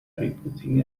rebooting